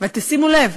תשימו לב,